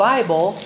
Bible